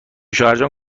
شوهرجان